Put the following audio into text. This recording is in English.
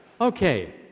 Okay